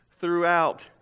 throughout